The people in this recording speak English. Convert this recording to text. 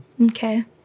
Okay